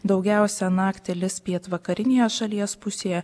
daugiausia naktį lis pietvakarinėje šalies pusėje